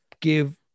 give